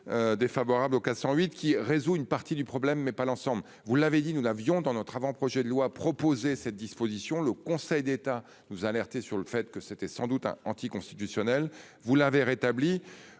Défavorable aux 408 qui résout une partie du problème mais pas l'ensemble, vous l'avez dit, nous l'avions dans notre avant-, projet de loi proposé cette disposition, le Conseil d'État nous alerter sur le fait que c'était sans doute un anti-constitutionnelle. Vous l'avez rétabli